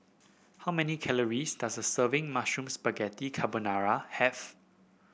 how many calories does a serving Mushroom Spaghetti Carbonara have